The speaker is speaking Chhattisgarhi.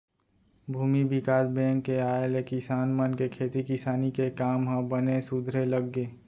भूमि बिकास बेंक के आय ले किसान मन के खेती किसानी के काम ह बने सुधरे लग गे